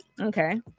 Okay